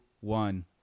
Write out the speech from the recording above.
one